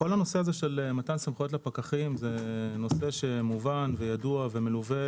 כל הנושא של מתן סמכויות לפקחים הוא נושא שמובן וידוע ומלווה